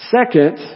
Second